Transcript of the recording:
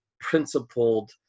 principled